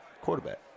quarterback